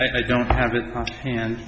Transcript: i don't have it and